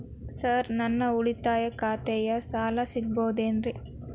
Sir ನನ್ನ ಉಳಿತಾಯ ಖಾತೆಯ ಸಾಲ ಸಿಗಬಹುದೇನ್ರಿ?